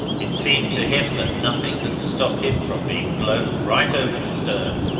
it seemed to him that nothing could stop him from being blown right over the stern.